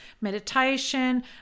meditation